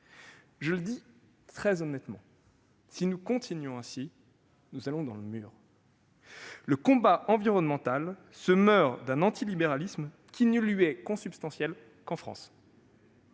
Je le dis très honnêtement, si nous continuons ainsi, nous allons dans le mur. Le combat environnemental se meurt d'un antilibéralisme qui ne lui est consubstantiel qu'en France.